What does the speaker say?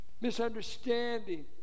Misunderstanding